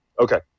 okay